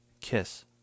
Kiss